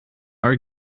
art